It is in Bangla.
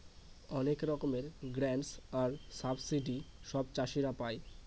অনেক রকমের গ্রান্টস আর সাবসিডি সব চাষীরা পাই